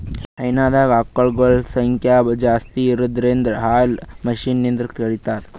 ಹೈನಾದಾಗ್ ಆಕಳಗೊಳ್ ಸಂಖ್ಯಾ ಜಾಸ್ತಿ ಇರದ್ರಿನ್ದ ಹಾಲ್ ಮಷಿನ್ಲಿಂತ್ ಕರಿತಾರ್